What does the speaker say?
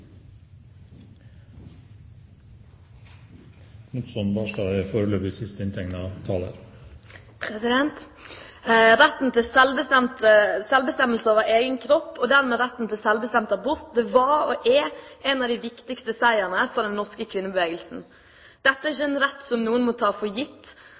Retten til selvbestemmelse over egen kropp, og dermed retten til selvbestemt abort, var og er en av de viktigste seirene for den norske kvinnebevegelsen. Dette er ikke en rett noen må ta for gitt,